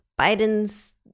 Biden's